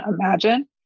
imagine